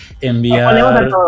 enviar